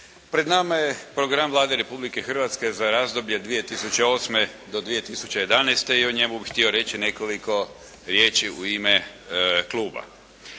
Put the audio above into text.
Pred nama je program Vlade Republike Hrvatske za razdoblje 2008. do 2011. i o njemu bih htio reći nekoliko riječi u ime kluba.